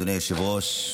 אדוני היושב-ראש,